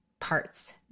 parts